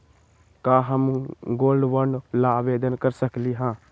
का हम gold bond ला आवेदन कर सकली ह?